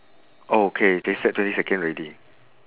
oh k they set twenty second already